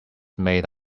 made